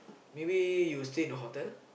maybe you'll stay in hotel